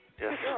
Yes